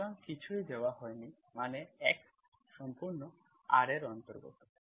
সুতরাং কিছুই দেওয়া হয়নি মানে x সম্পূর্ণ R এর অন্তর্গত